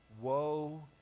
Woe